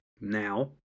now